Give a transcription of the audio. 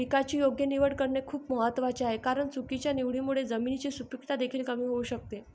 पिकाची योग्य निवड करणे खूप महत्वाचे आहे कारण चुकीच्या निवडीमुळे जमिनीची सुपीकता देखील कमी होऊ शकते